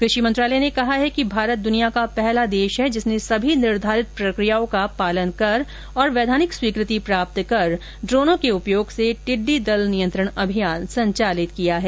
कृषि मंत्रालय ने कहा है कि भारत दुनिया का पहला देश है जिसने सभी निर्धारित प्रकियाओं का पालन करके और वैधानिक स्वीकृति प्राप्त कर ड्रोनो के उपयोग से टिड्डी दल नियंत्रण अभियान संचालित किया है